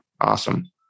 Awesome